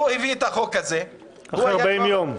הוא הביא את החוק הזה -- אחרי 40 יום.